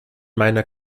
meiner